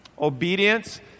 Obedience